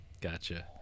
gotcha